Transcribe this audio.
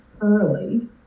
early